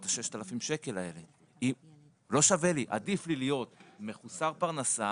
עבור 6,000 השקלים האלה אלא עדיף לו להיות מחוסר פרנסה